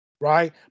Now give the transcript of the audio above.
right